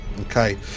okay